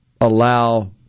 allow